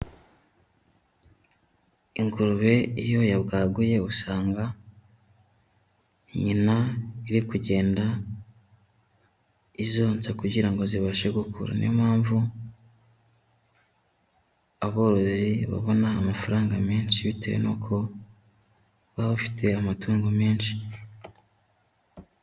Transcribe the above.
Ingurube iyo yabwaguye usanga nyina iri kugenda izonsa kugira ngo zibashe gukura, ni yo mpamvu aborozi babona amafaranga menshi bitewe nuko baba bafite amatungo menshi.